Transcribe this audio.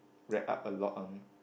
read up a lot on